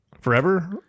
Forever